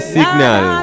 Signal